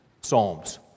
psalms